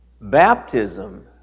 Baptism